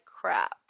crap